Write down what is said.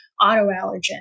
autoallergen